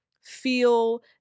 feel